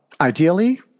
Ideally